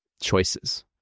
choices